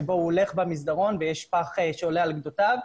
שבו הוא הולך במסדרון ויש פח שעולה על גדותיו,